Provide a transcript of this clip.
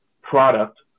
product